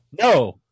no